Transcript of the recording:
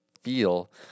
feel